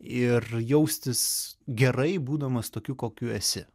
ir jaustis gerai būdamas tokiu kokiu esi